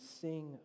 sing